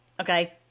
Okay